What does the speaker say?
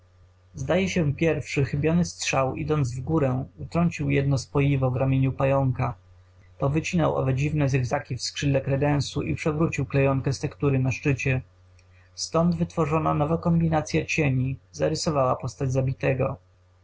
zdaje się pierwszy chybiony strzał idąc w górę utrącił jedno spoiwo w ramieniu pająka powycinał owe dziwne zygzaki w skrzydle kredensu i przewrócił klejonkę z tektury na szczycie stąd wytworzona nowa kombinacya cieni zarysowała postać zabitego